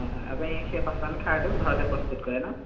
হয় হয় আপুনি সেই পাচন খাৰটো ঘৰতে প্ৰস্তুত কৰে ন